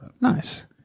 Nice